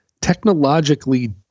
technologically